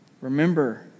Remember